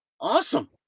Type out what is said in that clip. awesome